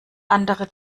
andere